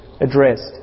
addressed